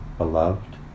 beloved